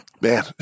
man